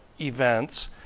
events